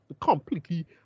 completely